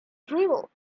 drivel